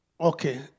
Okay